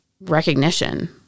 recognition